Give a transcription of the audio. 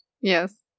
Yes